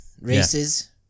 races